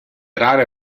rare